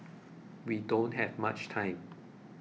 we don't have much time